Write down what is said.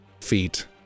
feet